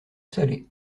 salée